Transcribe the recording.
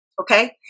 okay